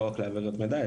לא רק בהעברת מידע,